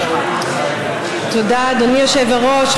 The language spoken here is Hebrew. תודה, אדוני היושב-ראש.